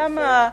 נא לסיים.